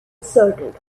asserted